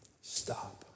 stop